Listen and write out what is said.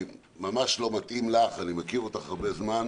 ממש לא מתאים לך, ואני מכיר אותך הרבה זמן,